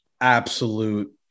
absolute